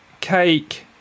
cake